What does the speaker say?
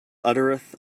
uttereth